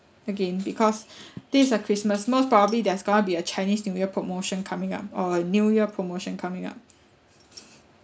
again because this are christmas most probably there's going to be a chinese new year promotion coming up or a new year promotion coming up